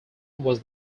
was